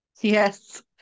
Yes